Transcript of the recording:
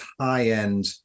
high-end